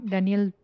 Daniel